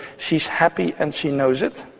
she's happy and she knows it.